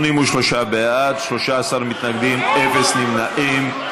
83 בעד, 13 מתנגדים, אפס נמנעים.